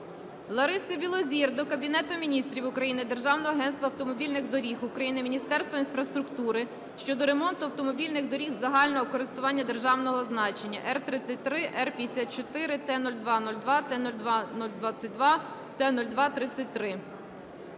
Лариси Білозір до Кабінету Міністрів України, Державного агентства автомобільних доріг України, Міністерства інфраструктури щодо ремонту автомобільних доріг загального користування державного значення Р-33, Р-54, Т-02-02, Т-02-22, Т-02-33.